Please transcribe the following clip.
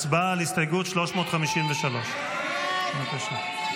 הצבעה על הסתייגות 353. הסתייגות 353 לא נתקבלה.